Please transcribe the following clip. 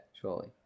surely